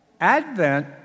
Advent